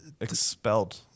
Expelled